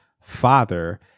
father